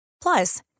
Plus